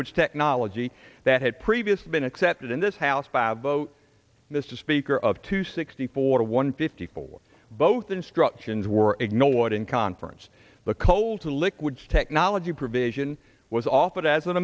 s technology that had previously been accepted in this house babbo mr speaker of to sixty four to one fifty four both instructions were ignored in conference the coal to liquids technology provision was offered as an